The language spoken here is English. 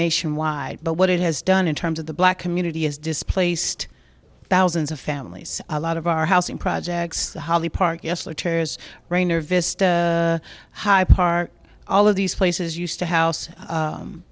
nationwide but what it has done in terms of the black community has displaced thousands of families a lot of our housing projects the holly park yes looters rainer vista high par all of these places used to house